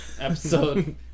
Episode